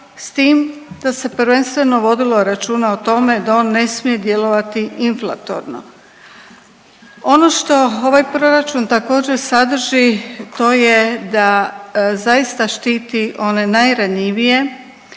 s tim da se prvenstveno vodilo računa o tome da on ne smije djelovati inflatorno. Ono što ovaj proračun također sadrži to je da zaista štiti one najranjivije